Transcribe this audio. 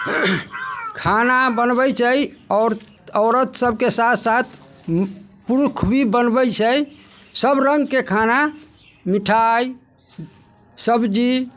खाना बनबै छै औ औरत सबके साथ साथ पुरुख भी बनबै छै सब रङ्गके खाना मिठाइ सब्जी